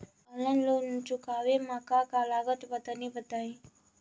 Online loan चुकावे म का का लागत बा तनि बताई?